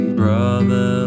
brother